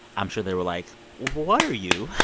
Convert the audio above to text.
i'm sure they were like, what are you?